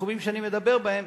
בתחומים שאני מדבר בהם,